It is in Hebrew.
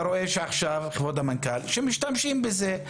אתה רואה שעכשיו משתמשים בזה,